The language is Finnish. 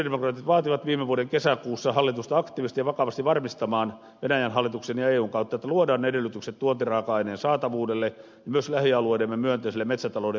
sosialidemokraatit vaativat viime vuoden kesäkuussa hallitusta aktiivisesti ja vakavasti varmistamaan venäjän hallituksen ja eun kautta sen että luodaan edellytykset tuontiraaka aineen saatavuudelle ja myös lähialueidemme myönteiselle metsätalouden yhteistyön kehittämiselle